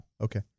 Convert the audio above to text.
Okay